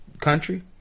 country